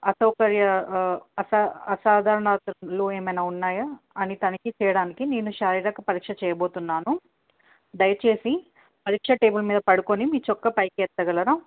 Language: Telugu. అసౌకర్య అస అసాధారణలు ఏమైనా ఉన్నాయా అని తనఖి చేయడానికి నేను శారీరక పరీక్ష చేయబోతున్నాను దయచేసి పరీక్ష టేబుల్ మీద పడుకొని మీ చొక్క పైకి ఎత్తగలరా